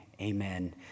Amen